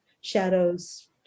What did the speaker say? shadows